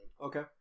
Okay